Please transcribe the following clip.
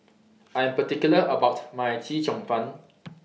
I Am particular about My Chee Cheong Fun